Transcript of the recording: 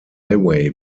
highway